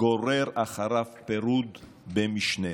גורר אחריו פירוד במשנהו".